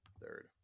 third